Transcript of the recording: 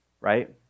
Right